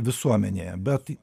visuomenėje bet